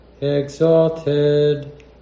exalted